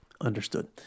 Understood